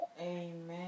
Amen